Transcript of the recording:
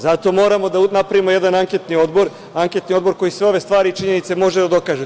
Zato moramo da napravimo jedan anketni odbor, anketni odbor koji sve ove stvari i činjenice može da dokaže.